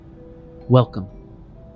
Welcome